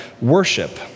worship